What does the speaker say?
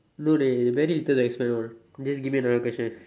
no dey very little to expand on just give me another question